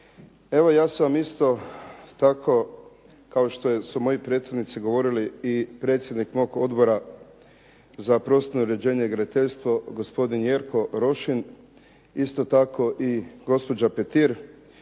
Evo ja sam isto tako kao što su moji prethodnici govorili i predsjednik mog Odbora za prostorno uređenje i graditeljstvo gospodin Jerko Rošin, isto tako i gospođa Petir